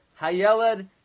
Hayeled